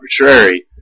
arbitrary